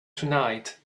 tonight